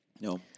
No